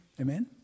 Amen